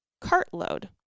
cartload